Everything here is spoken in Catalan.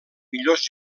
millors